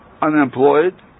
unemployed